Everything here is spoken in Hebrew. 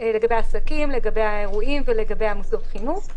לגבי עסקים, לגבי אירועים ולגבי מוסדות החינוך.